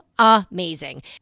amazing